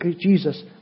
Jesus